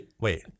Wait